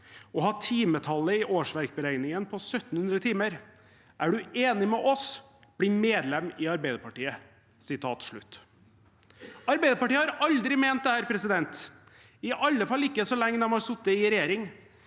og ha timetallet i årsverksberegningen på 1 700 timer! Er du enig med oss? Bli medlem i Arbeiderpartiet!» Arbeiderpartiet har aldri ment dette, i alle fall ikke så lenge de har sittet i regjering.